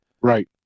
right